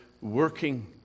working